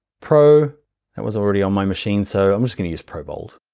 pro that was already on my machine, so i'm just gonna use pro bold.